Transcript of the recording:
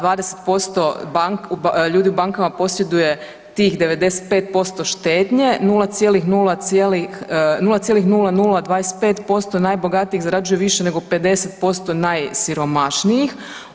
20% ljudi u bankama posjeduje tih 95% štednje, 0,0025% najbogatijih zarađuje više nego 50% najsiromašnijih.